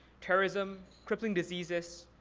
terrorism, crippling diseases,